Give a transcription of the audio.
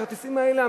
הכרטיסים האלה,